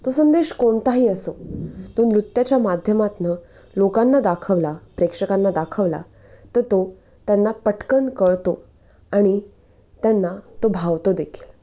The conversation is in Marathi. तो संदेश कोणताही असो तो नृत्याच्या माध्यमातनं लोकांना दाखवला प्रेक्षकांना दाखवला तर तो त्यांना पटकन कळतो आणि त्यांना तो भावतो देखील